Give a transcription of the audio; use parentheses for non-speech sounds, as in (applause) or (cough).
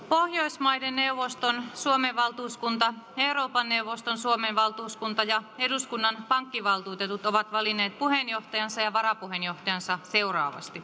(unintelligible) pohjoismaiden neuvoston suomen valtuuskunta euroopan neuvoston suomen valtuuskunta ja eduskunnan pankkivaltuutetut ovat valinneet puheenjohtajansa ja varapuheenjohtajansa seuraavasti (unintelligible)